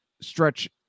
stretch